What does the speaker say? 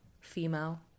female